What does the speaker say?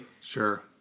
Sure